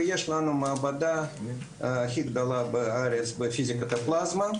ויש לנו שם מעבדה הכי גדולה בארץ בפיזיקת הפלאסמה.